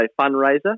fundraiser